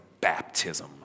baptism